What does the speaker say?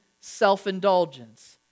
self-indulgence